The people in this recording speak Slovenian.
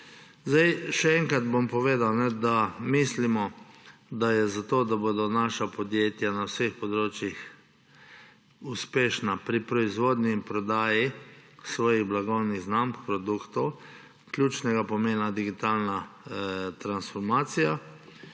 Še enkrat bom povedal, da mislimo, da je zato, da bodo naša podjetja na vseh področjih uspešna pri proizvodnji in prodaji svojih blagovnih znamk, produktov, ključnega pomena digitalna transformacija,